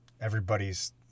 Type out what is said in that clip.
everybody's